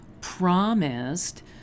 promised